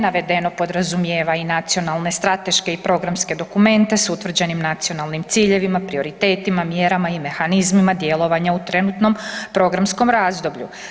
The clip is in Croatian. Navedeno podrazumijeva i nacionalne strateške i programske dokumente s utvrđenim nacionalnim ciljevima, prioritetima, mjerama i mehanizmima djelovanja u trenutnom programskom razdoblju.